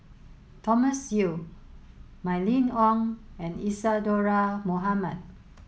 Thomas Yeo Mylene Ong and Isadhora Mohamed